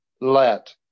let